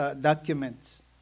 documents